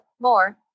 More